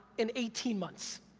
in eighteen months.